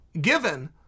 given